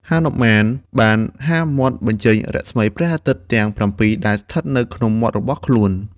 ហនុមានបានហាមាត់បញ្ចេញរស្មីព្រះអាទិត្យទាំង៧ ដែលស្ថិតនៅក្នុងមាត់របស់ខ្លួន។